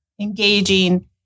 engaging